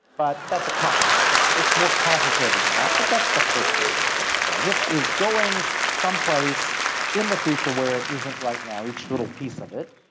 but that's a copout. it's it's more complicated than that but that's the first order of what it's doing. it is going someplace in the future where it isn't right now, each little piece of it,